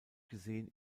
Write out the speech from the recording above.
gesehen